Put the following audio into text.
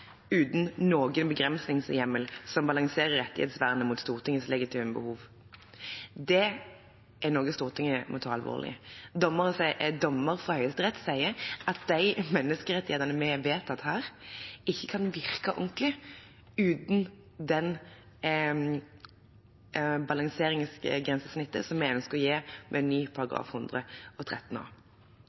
uten en begrensningshjemmel som balanserer rettighetsvernet opp mot Stortingets legitime behov. Det er noe Stortinget må ta alvorlig. Dommere som er dommere i Høyesterett, sier at de menneskerettighetene vi har vedtatt her, ikke kan virke ordentlig uten det balanseringsgrensesnittet som vi ønsker å gi med en ny § 113 a.